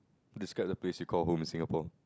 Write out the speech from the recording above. describe the place you call home in Singapore